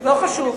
לא חשוב.